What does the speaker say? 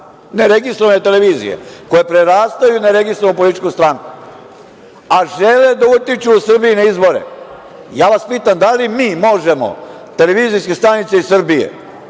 ne registrovane televizije koje prerastaju u ne registrovanu političku stranku, a žele da utiču u Srbiji na izbore. Ja vas pitam – da li mi možemo, televizijske stanice iz Srbije,